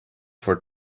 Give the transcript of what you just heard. for